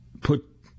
put